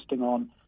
on